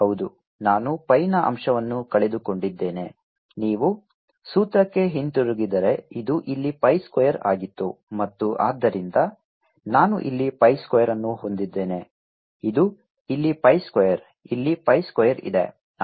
ಹೌದು ನಾನು pi ನ ಅಂಶವನ್ನು ಕಳೆದುಕೊಂಡಿದ್ದೇನೆ ನೀವು ಸೂತ್ರಕ್ಕೆ ಹಿಂತಿರುಗಿದರೆ ಇದು ಇಲ್ಲಿ pi ಸ್ಕ್ವೇರ್ ಆಗಿತ್ತು ಮತ್ತು ಆದ್ದರಿಂದ ನಾನು ಇಲ್ಲಿ pi ಸ್ಕ್ವೇರ್ ಅನ್ನು ಹೊಂದಿದ್ದೇನೆ ಮತ್ತು ಇಲ್ಲಿ pi ಸ್ಕ್ವೇರ್ ಇಲ್ಲಿ pi ಸ್ಕ್ವೇರ್ ಇದೆ